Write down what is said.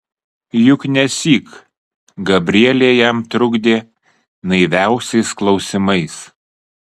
juk nesyk gabrielė jam trukdė naiviausiais klausimais